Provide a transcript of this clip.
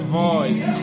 voice